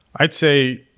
i'd say,